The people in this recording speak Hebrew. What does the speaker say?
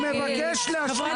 אני מבקש להשלים את דבריי.